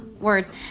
words